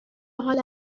حال